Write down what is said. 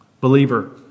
Believer